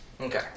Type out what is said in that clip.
Okay